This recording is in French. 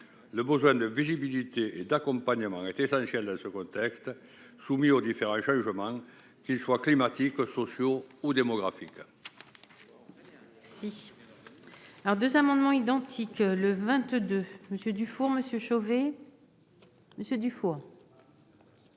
Le besoin de visibilité et d'accompagnement est essentiel dans ce contexte soumis aux changements climatiques, sociaux ou démographiques.